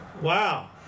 Wow